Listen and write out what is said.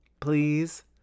Please